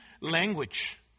language